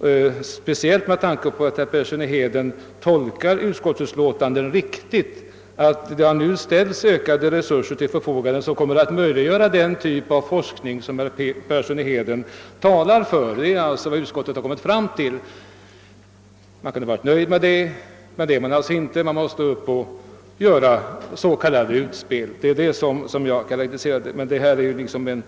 Jag hävdar detta speciellt med tanke på att herr Persson i Heden tolkar utskottsutlåtandet riktigt: det har nu ställts ökade resurser till förfogande som möjliggör den typ av forskning som herr Persson i Heden talar för. Detta är sålunda vad utskottet kommit fram till, och man kunde ha varit nöjd med det. Men det är man alltså inte, utan man måste göra vad jag karakteriserar som utspel. — Det är emellertid en